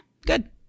good